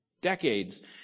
decades